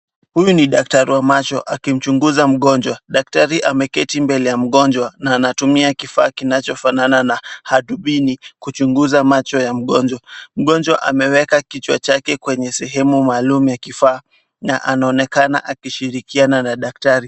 Huyu ni daktari wa macho akimchunguza mgonjwa. Daktari ameketi mbele ya mgonjwa na anatumia kifaa kinachofanana na hadubini kuchunguza macho ya mgonjwa. Mgonjwa ameweka kichwa chake kwenye sehemu maalum ya ifaa na anaonekana akishirikiana na daktari.